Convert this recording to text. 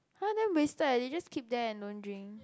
[huh] damn wasted eh they just keep there and don't drink